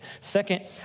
Second